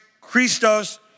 Christos